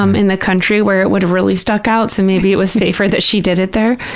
um in the country, where it would have really stuck out, so maybe it was safer that she did it there.